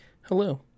Hello